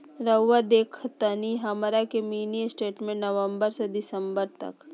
रहुआ देखतानी हमरा के मिनी स्टेटमेंट नवंबर से दिसंबर तक?